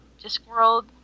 Discworld